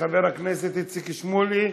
חבר הכנסת איציק שמוליק,